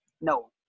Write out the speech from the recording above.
No